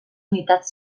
unitats